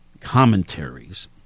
commentaries